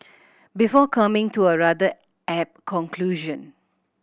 before coming to a rather apt conclusion